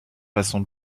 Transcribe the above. façon